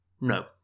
No